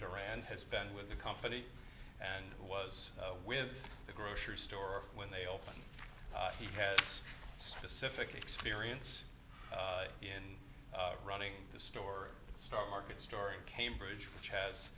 duran has been with the company and was with the grocery store when they open he has specifically experience in running the store stock market story cambridge which has